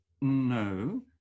No